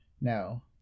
No